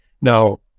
Now